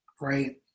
right